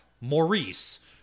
Maurice